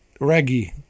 reggae